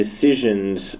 decisions